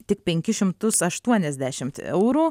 tik penkis šimtus aštuoniasdešimt eurų